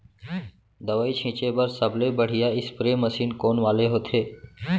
दवई छिंचे बर सबले बढ़िया स्प्रे मशीन कोन वाले होथे?